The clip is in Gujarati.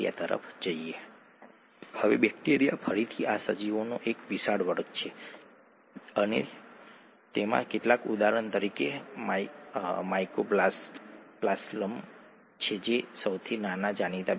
તેથી તે આરએનએ ની નજીક છે જે 2 પ્રાઇમ પોઝિશનમાં રિબોઝ OH છે